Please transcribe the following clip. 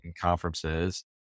conferences